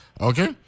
Okay